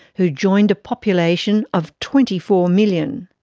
who joined a population of twenty four million.